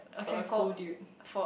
for a cool dude